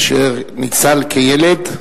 אשר ניצל כילד,